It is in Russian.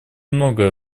многое